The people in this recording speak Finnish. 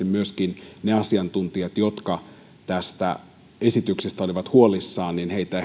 myöskin niitä asiantuntijoita jotka tästä esityksestä olivat huolissaan